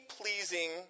pleasing